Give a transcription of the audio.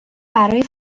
برای